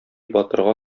батырга